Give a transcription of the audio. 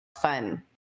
fun